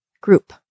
group